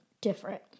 different